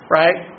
right